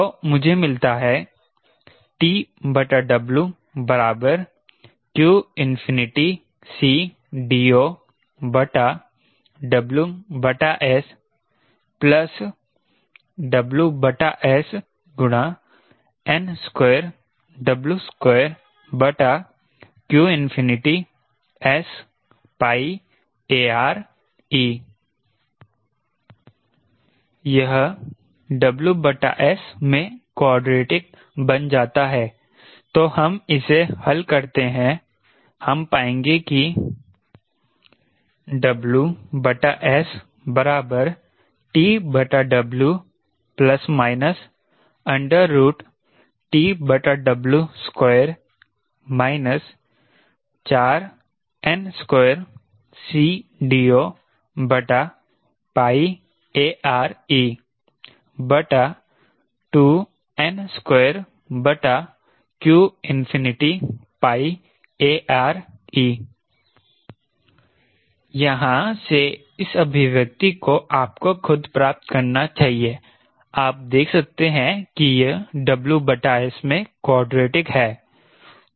तो मुझे मिलता है TW qCDOWS WS यह WS में क्वॉड्रेटिक बन जाता है तो हम इसे हल करते हैं हम पाएंगे कि WS TW 2 2n2qARe यहां से इस अभिव्यक्ति को आपको खुद प्राप्त करना चाहिए आप देख सकते हैं कि यह WS में क्वॉड्रेटिक है